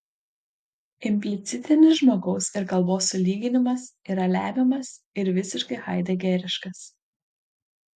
implicitinis žmogaus ir kalbos sulyginimas yra lemiamas ir visiškai haidegeriškas